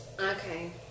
okay